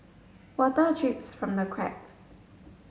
water drips from the cracks